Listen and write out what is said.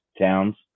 towns